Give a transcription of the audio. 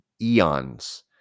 eons